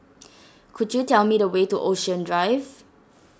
could you tell me the way to Ocean Drive